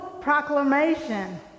proclamation